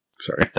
Sorry